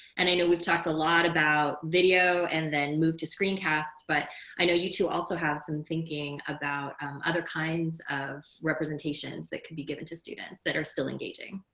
and i know we've talked a lot about video and then moved to screen cast. but i know you two also have some thinking about other kinds of representations that can be given to students that are still engaging.